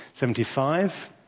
75